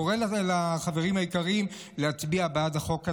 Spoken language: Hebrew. אני קורא לחברים היקרים להצביע בעד החוק הזה.